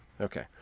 Okay